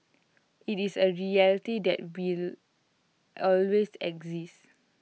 IT is A reality that will always exist